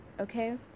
okay